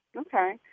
Okay